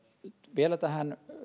vielä tähän